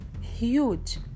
huge